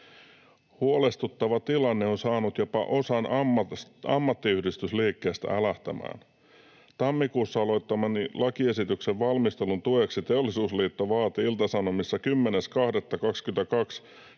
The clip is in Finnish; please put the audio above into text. ”Huolestuttava tilanne on saanut jopa osan ammattiyhdistysliikkeestä älähtämään. Tammikuussa aloittamani lakiesityksen valmistelun tueksi Teollisuusliitto vaati Ilta-Sanomissa 10.2.22